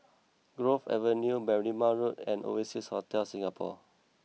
Grove Avenue Berrima Road and Oasia Hotel Singapore